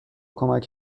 کمک